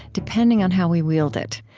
depending on how we wield it.